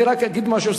אני רק אגיד משהו.